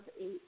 eight